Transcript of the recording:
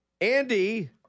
Andy